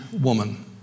woman